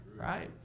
Right